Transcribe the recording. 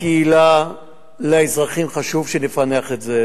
לקהילה, לאזרחים חשוב שנפענח את זה.